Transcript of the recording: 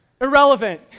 Irrelevant